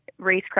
racecraft